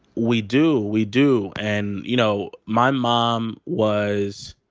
we do. we do. and, you know, my mom was,